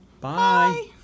Bye